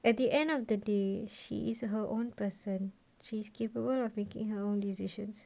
at the end of the day she is her own person she is capable of making her own decisions